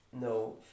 No